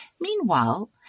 Meanwhile